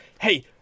hey